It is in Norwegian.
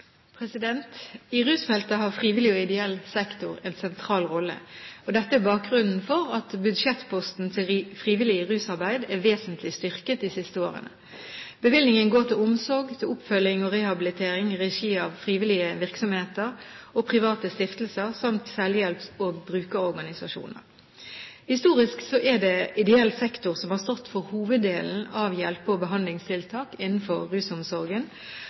I rusfeltet har frivillig og ideell sektor en sentral rolle, og dette er bakgrunnen for at budsjettposten til frivillig rusarbeid er vesentlig styrket de siste årene. Bevilgningen går til omsorg, oppfølging og rehabilitering i regi av frivillige virksomheter og private stiftelser samt selvhjelps- og brukerorganisasjoner. Historisk er det ideell sektor som har stått for hoveddelen av hjelpe- og behandlingstiltak innenfor rusomsorgen